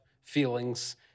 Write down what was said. feelings